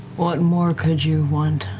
what more could you want?